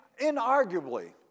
inarguably